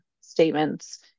statements